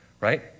right